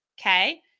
Okay